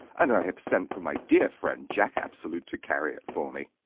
and i have sent for my dear friend jack absolute to carry it for me.